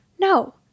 No